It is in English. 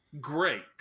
great